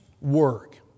work